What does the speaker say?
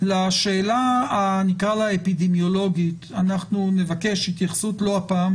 לשאלה נקרא לה אפידמיולוגית אנחנו נבקש התייחסות - לא הפעם,